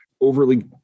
overly